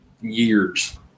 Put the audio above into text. years